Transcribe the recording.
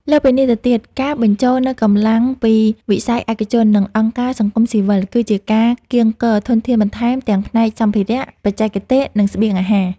លើសពីនេះទៅទៀត ការបញ្ចូលនូវកម្លាំងពីវិស័យឯកជន និងអង្គការសង្គមស៊ីវិល គឺជាការកៀងគរធនធានបន្ថែមទាំងផ្នែកសម្ភារៈ បច្ចេកទេស និងស្បៀងអាហារ។